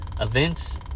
events